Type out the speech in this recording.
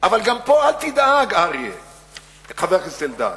אבל גם פה אל תדאג, חבר הכנסת אלדד,